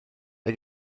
mae